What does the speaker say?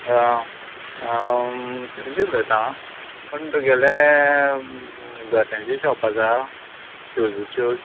सतीश उलयतां पूण तुगेले जोत्याची शॉप आसा शूज शूज